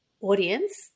audience